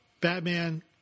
Batman